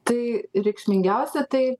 tai reikšmingiausia tai